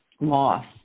loss